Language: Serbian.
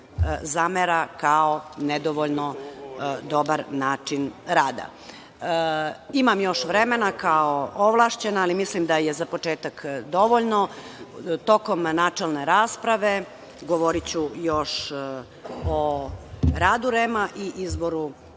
zamera kao nedovoljno dobar način rada. Imam još vremena kao ovlašćena, ali mislim da je za početak dovoljno. Tokom načelne rasprave govoriću još o radu REM i izboru